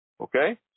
okay